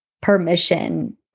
permission